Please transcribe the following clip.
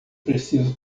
preciso